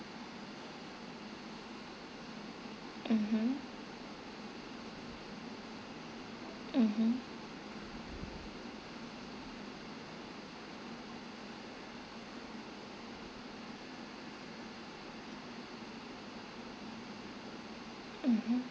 mmhmm mmhmm mmhmm